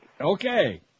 Okay